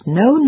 no